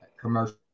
commercial